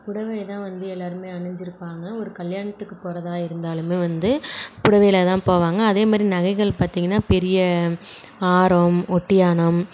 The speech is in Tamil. புடவையை தான் வந்து எல்லாருமே அணிஞ்சிருப்பாங்க ஒரு கல்யாணத்துக்கு போகிறதா இருந்தாலுமே வந்து புடவையில் தான் போவாங்க அதேமாரி நகைகள் பார்த்தீங்கன்னா பெரிய ஆரம் ஒட்டியாணம்